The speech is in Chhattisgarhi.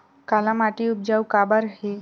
काला माटी उपजाऊ काबर हे?